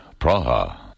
Praha